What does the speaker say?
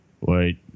Wait